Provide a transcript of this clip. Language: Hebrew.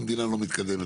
המדינה לא מתקדמת,